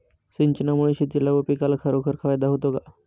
सिंचनामुळे शेतीला व पिकाला खरोखर फायदा होतो का?